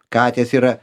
katės yra